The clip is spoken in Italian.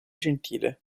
gentile